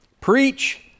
Preach